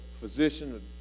physician